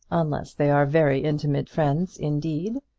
unless they are very intimate friends indeed.